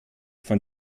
von